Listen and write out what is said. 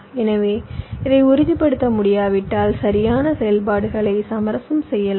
எனவே இதை உறுதிப்படுத்த முடியாவிட்டால் சரியான செயல்பாடுகளை சமரசம் செய்யலாம்